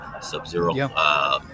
Sub-Zero